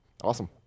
Awesome